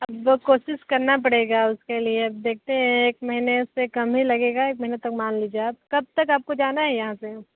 अब वो कोशिश करना पड़ेगा उसके लिए अब देखते हैं एक महीने से कम ही लगेगा एक महीना तो मान लिजिए आप कब तक आपको जाना है यहाँ से